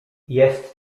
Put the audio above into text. jest